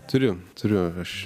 turiu turiu aš